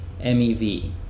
MEV